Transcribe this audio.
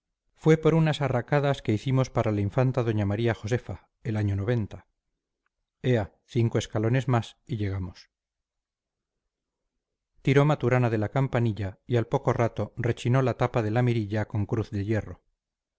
fue por unas arracadas que hicimos para la infanta doña maría josefa el año ea cinco escalones más y llegamos tiró maturana de la campanilla y al poco rato rechinó la tapa de la mirilla con cruz de hierro